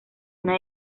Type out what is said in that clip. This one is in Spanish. una